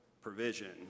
provision